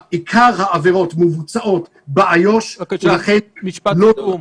עיקר העברות נמצאות באיו"ש --- משפט סיכום.